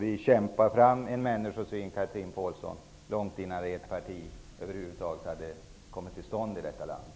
Vi kämpade fram en människosyn, Chatrine Pålsson, långt innan ert parti över huvud taget hade kommit till här i landet.